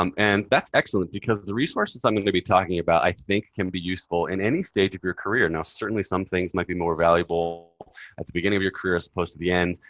um and that's excellent because the resources i'm going to be talking about, i think, can be useful in any stage of your career. now, certainly some things might be more valuable at the beginning of your career as opposed to the end.